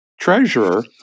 treasurer